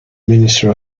minister